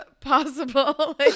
possible